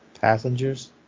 Passengers